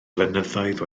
flynyddoedd